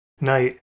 night